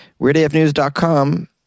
weirdafnews.com